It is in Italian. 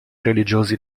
religiosi